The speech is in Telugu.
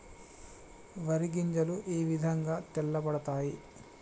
వరి గింజలు ఏ విధంగా తెల్ల పడతాయి?